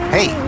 Hey